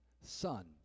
son